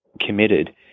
committed